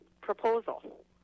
proposal